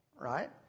right